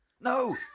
No